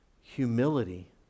humility